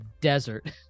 desert